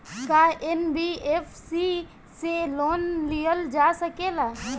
का एन.बी.एफ.सी से लोन लियल जा सकेला?